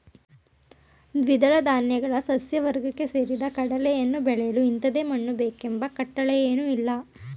ದ್ವಿದಳ ಧಾನ್ಯಗಳ ಸಸ್ಯವರ್ಗಕ್ಕೆ ಸೇರಿದ ಕಡಲೆಯನ್ನು ಬೆಳೆಯಲು ಇಂಥದೇ ಮಣ್ಣು ಬೇಕೆಂಬ ಕಟ್ಟಳೆಯೇನೂಇಲ್ಲ